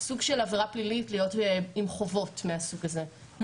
סוג של עבירה פלילית להיות עם חובות מהסוג הזה.